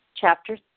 chapter